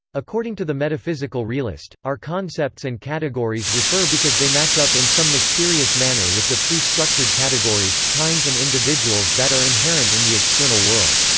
according to the metaphysical realist, our concepts and categories categories refer because they match up in some mysterious manner with the pre-structured categories, kinds and individuals that are inherent in the external world.